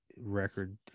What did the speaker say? record